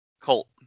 Colt